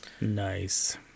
nice